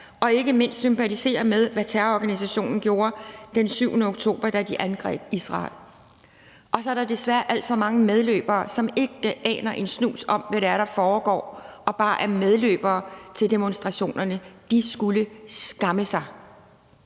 og ikke mindst med, hvad terrororganisationen gjorde den 7. oktober, da den angreb Israel. Og så er der desværre alt for mange medløbere, som ikke aner en snus om, hvad det er, der foregår, og bare er medløbere til demonstrationerne. De skulle skamme sig.